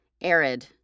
Arid